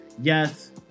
Yes